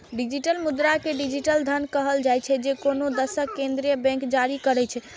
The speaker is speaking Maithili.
डिजिटल मुद्रा कें डिजिटल धन कहल जाइ छै, जे कोनो देशक केंद्रीय बैंक जारी करै छै